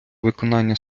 виконання